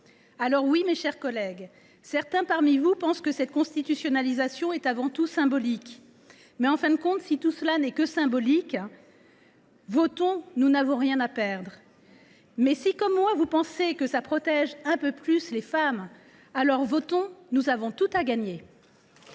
valeurs. Mes chers collègues, certains parmi vous pensent que cette constitutionnalisation est avant tout symbolique. Si tout cela n’est que symbolique, votons ! Nous n’avons rien à perdre. Et si, comme moi, vous pensez que cela protège un peu plus les femmes, votons ! Nous avons tout à gagner.